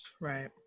Right